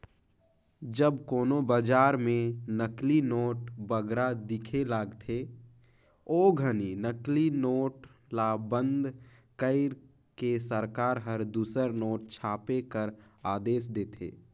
जब कोनो बजार में नकली नोट बगरा दिखे लगथे, ओ घनी नकली नोट ल बंद कइर के सरकार हर दूसर नोट छापे कर आदेस देथे